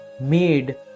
made